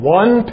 one